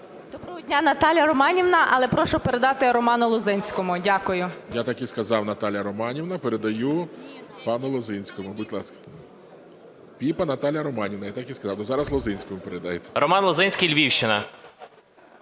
Доброго дня. Наталія Романівна, але прошу передати Роману Лозинському. Дякую. ГОЛОВУЮЧИЙ. Я так і сказав Наталія Романівна, передаю пану Лозинському, будь ласка. Піпа Наталія Романівна, я так і сказав, ви зараз Лозинському передаєте. 13:00:51 ЛОЗИНСЬКИЙ Р.М. Роман Лозинський, Львівщина.